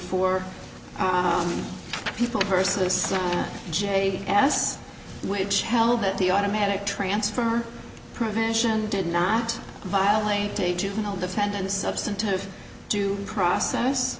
four people versus j s which held that the automatic transfer prevention did not violate a juvenile defendants substantive due process